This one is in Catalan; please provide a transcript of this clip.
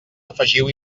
afegiu